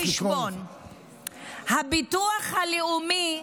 אני איאלץ, הביטוח הלאומי,